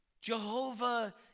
Jehovah